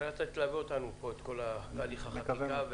את הרי תלווה אותנו כאן בכל הליך החקיקה.